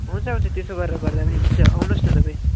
हुन्छ हुन्छ त्यसो गरेर गर्दा पनि हुन्छ आउनुहोस् न तपाईँ